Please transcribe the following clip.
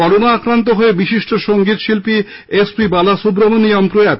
corona আক্রান্ত হয়ে বিশিষ্ট সঙ্গীত শিল্পী এস পি বালা সুব্রমণীয়াম প্রয়াত